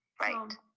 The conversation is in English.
right